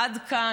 עד כאן.